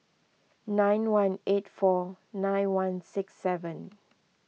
nine one eight four nine one six seven